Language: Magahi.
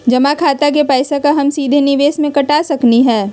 जमा खाता के पैसा का हम सीधे निवेस में कटा सकली हई?